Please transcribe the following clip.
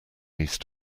east